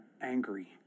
angry